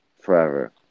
forever